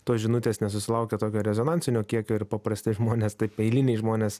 tos žinutės nesusilaukė tokio rezonansinio kiekio ir paprasti žmonės taip eiliniai žmonės